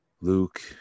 Luke